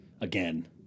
again